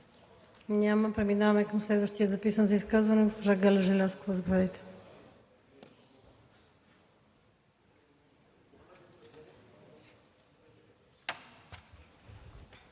Няма. Преминаваме към следващия записан за изказване – госпожо Галя Желязкова, заповядайте.